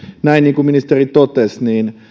näin niin kuin ministeri totesi